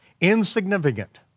insignificant